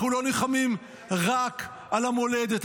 אנחנו לא נלחמים רק על המולדת,